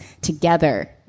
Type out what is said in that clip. together